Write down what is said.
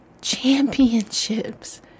championships